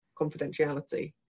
confidentiality